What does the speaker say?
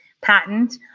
patent